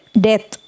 death